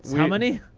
how many?